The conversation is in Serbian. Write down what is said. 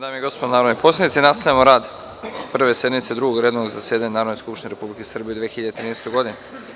dame i gospodo narodni poslanici, nastavljamo rad Prve sednice Drugog redovnog zasedanja Narodne skupštine Republike Srbije u 2013. godini.